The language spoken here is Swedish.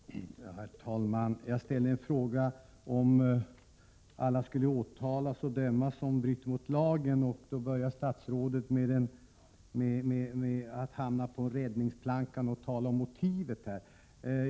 Herr talman! Jag ställde en fråga om huruvida alla skulle åtalas och dömas som bryter mot lagen. Då sökte statsrådet räddningsplankan att tala om motivet.